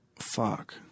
fuck